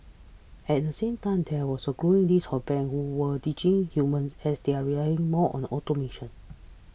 at the same time there was a growing list of banks who are ditching humans as they rely more on automation